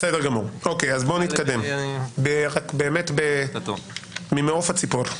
בסדר גמור, בואו נתקדם, באמת ממעוף הציפור.